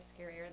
scarier